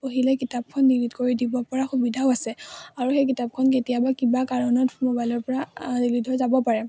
পঢ়িলে কিতাপখন ডিলিট কৰি দিব পৰা সুবিধাও আছে আৰু সেই কিতাপখন কেতিয়াবা কিবা কাৰণত মোবাইলৰ পৰা ডিলিট হৈ যাব পাৰে